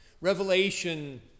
revelation